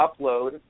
upload